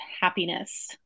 happiness